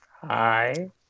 Hi